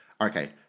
Okay